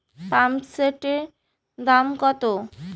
পাম্পসেটের দাম কত?